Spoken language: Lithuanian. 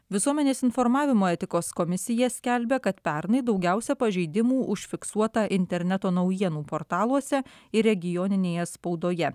visuomenės informavimo etikos komisija skelbia kad pernai daugiausia pažeidimų užfiksuota interneto naujienų portaluose ir regioninėje spaudoje